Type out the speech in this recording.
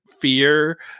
fear